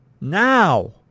Now